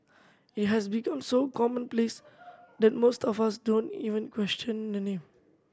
it has become so commonplace that most of us don't even question the name